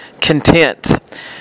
content